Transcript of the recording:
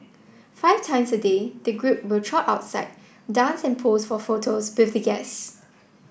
five times a day the group will trot outside dance and pose for photos with the guests